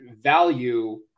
value